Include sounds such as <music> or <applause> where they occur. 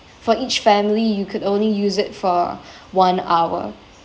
for each family you could only use it for <breath> one hour